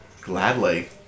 Gladly